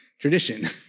tradition